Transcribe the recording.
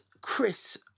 Chris